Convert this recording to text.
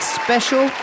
special